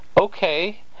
okay